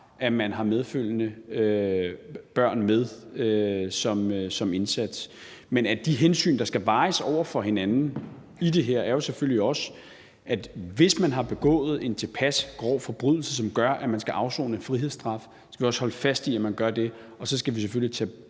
at man har medfølgende børn med som indsat. Men de hensyn, der skal vejes over for hinanden i det her, er jo selvfølgelig også, at hvis man har begået en tilpas grov forbrydelse, som gør, at man skal afsone en frihedsstraf, så skal vi også holde fast i, at man gør det, og så skal vi selvfølgelig tage